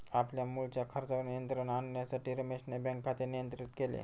आपल्या मुळच्या खर्चावर नियंत्रण आणण्यासाठी रमेशने बँक खाते नियंत्रित केले